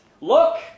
Look